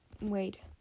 wait